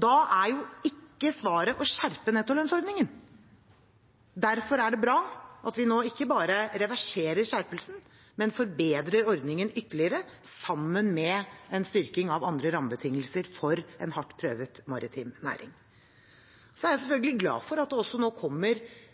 er jo ikke svaret å skjerpe nettolønnsordningen. Derfor er det bra at vi nå ikke bare reverserer skjerpelsen, men forbedrer ordningen ytterligere sammen med en styrking av andre rammebetingelser for en hardt prøvet maritim næring. Så er jeg selvfølgelig glad for at det nå også kommer